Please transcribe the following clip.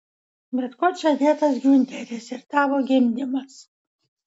bet kuo čia dėtas giunteris ir tavo gimdymas